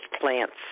plants